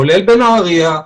כולל בנהריה,